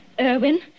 Irwin